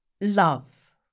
love